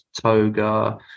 Toga